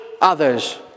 others